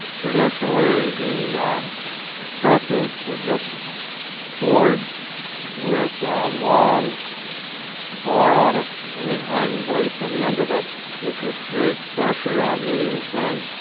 traditionally the presses were just boards with a long bar on it and they'd hang weights on the end of it which would create pressure on the thing